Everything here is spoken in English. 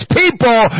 people